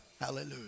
Hallelujah